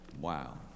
Wow